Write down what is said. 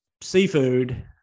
seafood